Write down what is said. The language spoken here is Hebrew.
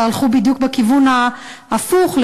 שהלכו בדיוק בכיוון ההפוך,